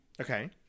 okay